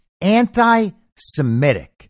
anti-Semitic